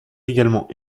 également